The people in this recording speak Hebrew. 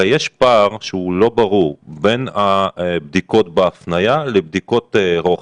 הרי יש פער שהוא לא ברור בין הבדיקות בהפניה לבדיקות רוחב.